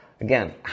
again